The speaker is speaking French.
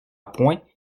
point